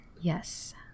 Yes